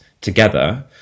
together